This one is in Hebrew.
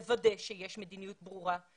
לוודא שיש מדיניות ברורה,